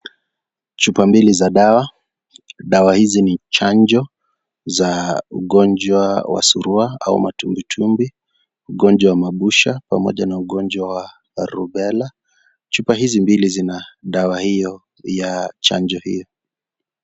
Chupa mbili za dawa. Dawa hizi ni chanjo za ugonjwa wa surua au matumbwitumwi, ugonjwa wa mabusha pamoja na ugonjwa wa rubela. Chupa hizi mbili zina dawa hiyo ya chanjo hiyo.